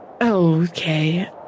Okay